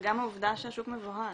וגם העובדה שהשוק מבוהל.